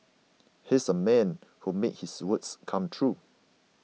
he's a man who made his words come true